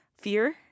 fear